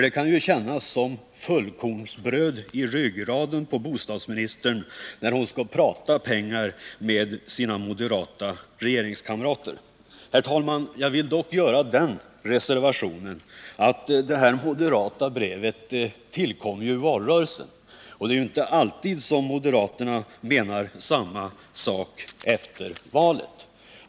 Det kan ju kännas som fullkornsbröd i ryggraden på bostadsministern, när hon skall prata pengar med sina moderata regeringskamrater. Herr talman! Jag vill dock göra den reservationen att detta moderata brev tillkom i valrörelsen. Det är inte alltid moderaterna menar samma sak efter valet.